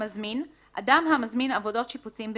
"מזמין" אדם המזמין עבודות שיפוצים במבנה,